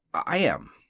i am.